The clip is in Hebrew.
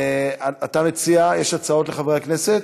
יש הצעות לחברי הכנסת?